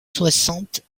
soixante